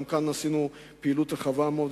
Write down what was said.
גם כאן עשינו פעילות רחבה מאוד,